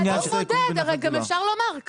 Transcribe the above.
הרי גם אפשר לומר,